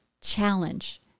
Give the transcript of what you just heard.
challenge